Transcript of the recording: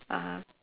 (uh huh)